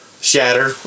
Shatter